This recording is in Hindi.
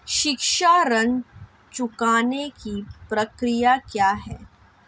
शिक्षा ऋण चुकाने की प्रक्रिया क्या है?